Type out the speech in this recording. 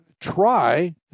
try